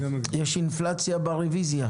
יש היום אינפלציה ברביזיה.